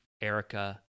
Erica